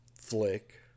Flick